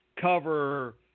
cover